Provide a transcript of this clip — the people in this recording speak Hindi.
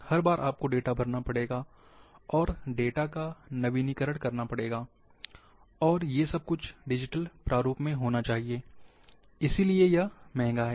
हर बार आपको डेटा भरना पड़ेगा और डेटा का नवीनीकरण करना पड़ेगा और ये सब कुछ डिजिटल प्रारूप में होना चाहिए इसीलिए यह महंगा है